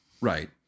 Right